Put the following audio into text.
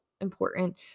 important